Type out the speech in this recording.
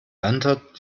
wandert